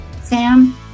Sam